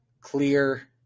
clear